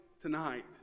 tonight